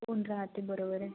उन रहाते बरोबर आहे